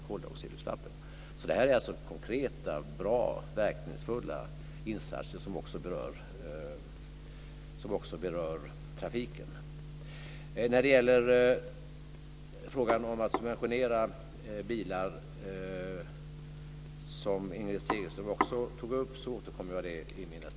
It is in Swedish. Kommer en kommun att kunna ställa krav när det gäller hur livsmedlen har producerats, exempelvis att ställa som villkor att djuren inte har fått lida under uppfödning, transporter och slakt?